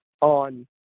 on